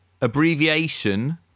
Abbreviation